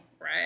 Right